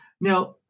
Now